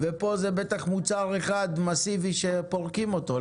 ופה זה בטח מוצר אחד מסיבי שפורקים אותו.